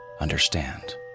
understand